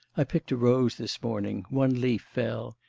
i picked a rose this morning, one leaf fell,